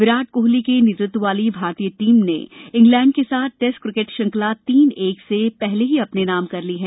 विराट कोहली के नेतृत्व वाली भारतीय टीम ने इंग्लैंड के साथ टैस्ट क्रिकेट श्रृंखला तीन एक से पहले ही अपने नाम कर ली है